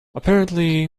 apparently